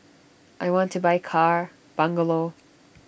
I want to buy car bungalow